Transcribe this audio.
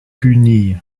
punie